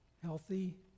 Healthy